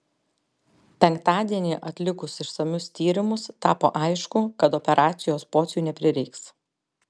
penktadienį atlikus išsamius tyrimus tapo aišku kad operacijos pociui neprireiks